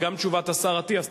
וגם תשובת השר אטיאס,